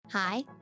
Hi